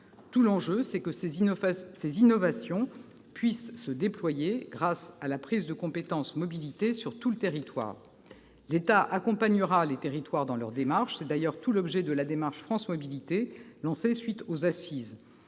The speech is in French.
Tout l'enjeu est que ces innovations puissent se déployer grâce à la prise de compétence mobilité sur tout le territoire. L'État accompagnera les territoires dans leur démarche. C'est d'ailleurs tout l'objet de la démarche France Mobilités, lancée à la suite des assises.